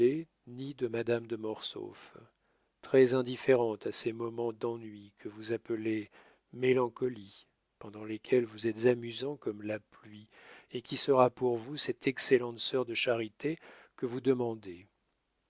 ni de madame de mortsauf très indifférente à ces moments d'ennui que vous appelez mélancolie pendant lesquels vous êtes amusant comme la pluie et qui sera pour vous cette excellente sœur de charité que vous demandez